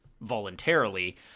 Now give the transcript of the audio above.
voluntarily